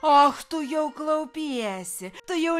ach tu jau klaupiesi tai jau